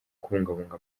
kubungabunga